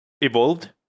evolved